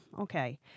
Okay